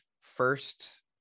first